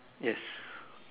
yes